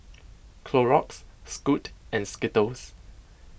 Clorox Scoot and Skittles